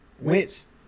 Wentz